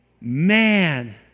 man